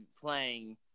playing –